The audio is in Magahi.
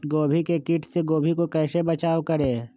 गोभी के किट से गोभी का कैसे बचाव करें?